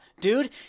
Dude